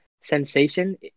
sensation